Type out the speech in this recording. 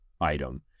item